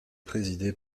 présidé